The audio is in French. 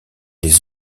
les